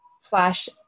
slash